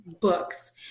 books